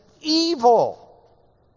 evil